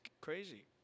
crazy